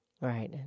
Right